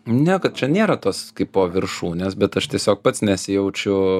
ne kad čia nėra tos kaipo viršūnės bet aš tiesiog pats nesijaučiu